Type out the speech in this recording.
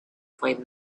flame